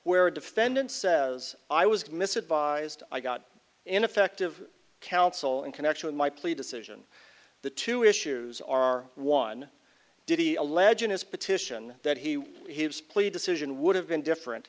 where a defendant says i was misled by i got ineffective counsel in connection with my plea decision the two issues are one did he alleging his petition that he behaves please decision would have been different